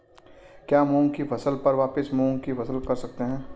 क्या मूंग की फसल पर वापिस मूंग की फसल कर सकते हैं?